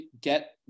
get